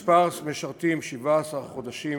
מספר המשרתים 17 חודשים